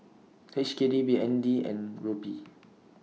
H K D B N D and Rupee